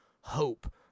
hope